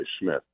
Smith